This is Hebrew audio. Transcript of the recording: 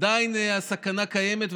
עדיין הסכנה קיימת,